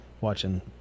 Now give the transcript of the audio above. Watching